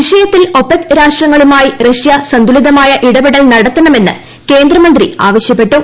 വിഷയത്തിൽ ഒപെക് രാഷ്ട്രങ്ങളുമായി റഷ്യ സന്തുലിതമായ ഇടപെൽ നടത്തണമെന്ന് കേന്ദ്രമന്ത്രി ആവശ്യപ്പെട്ടു